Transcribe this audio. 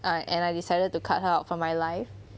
and I decided to cut her out from my life